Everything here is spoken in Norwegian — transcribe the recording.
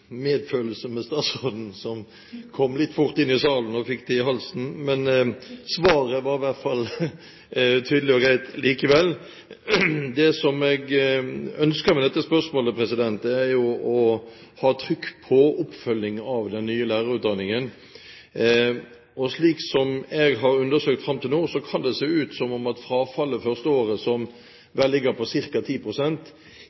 Medfølelse med statsråden, som kom litt fort inn i salen og fikk det i halsen, men svaret var i hvert fall tydelig og greit likevel. Det jeg ønsker med dette spørsmålet, er å ha trykk på oppfølging av den nye lærerutdanningen. Ut fra det jeg har undersøkt fram til nå, kan det se ut som om frafallet det første året, som